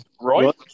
right